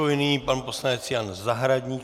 Nyní pan poslanec Jan Zahradník.